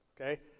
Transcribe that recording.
okay